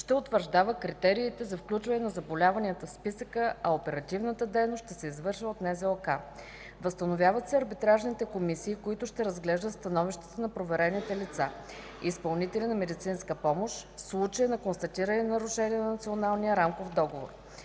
ще утвърждава критериите за включване на заболяванията в списъка, а оперативната дейност ще се извършва от НЗОК. Възстановяват се арбитражните комисии, които ще разглеждат становищата на проверените лица – изпълнители на медицинска помощ, в случая на констатирани нарушения на Националния рамков договор.